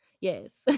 Yes